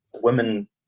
Women